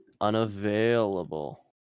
unavailable